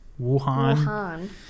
Wuhan